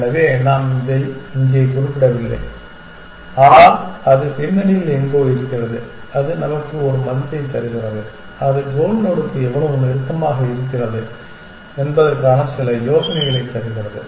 எனவே நாம் அதை இங்கே குறிப்பிடவில்லை ஆனால் அது பின்னணியில் எங்கோ இருக்கிறது அது நமக்கு ஒரு மதிப்பைத் தருகிறது இது கோல் நோடுக்கு எவ்வளவு நெருக்கமாக இருக்கிறது என்பதற்கான சில யோசனைகளைத் தருகிறது